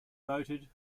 voted